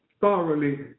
thoroughly